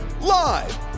Live